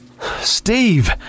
Steve